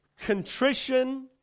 contrition